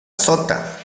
sota